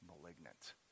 malignant